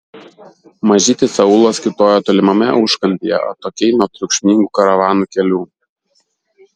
mažytis aūlas kiūtojo tolimame užkampyje atokiai nuo triukšmingų karavanų kelių